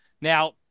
Now